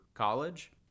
college